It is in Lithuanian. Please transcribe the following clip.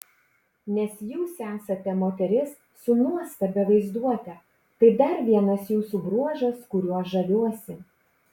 nes jūs esate moteris su nuostabia vaizduote tai dar vienas jūsų bruožas kuriuo žaviuosi